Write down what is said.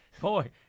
Boy